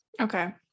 Okay